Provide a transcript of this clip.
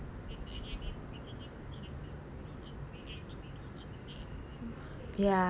ya